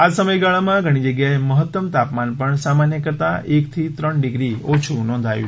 આજ સમયગાળામાં ઘણી જગ્યાએ મહત્તમ તાપમાન પણ સામાન્ય કરતાં એકથી ત્રણ ડિગ્રી ઓછું નોંધાયું